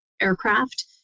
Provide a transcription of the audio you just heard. aircraft